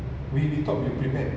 ya that's true I think like